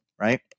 right